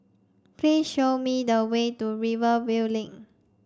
please show me the way to Rivervale Link